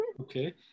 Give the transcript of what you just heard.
Okay